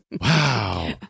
Wow